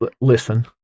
listen